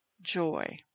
joy